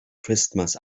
christmas